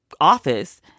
office